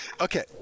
Okay